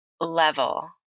level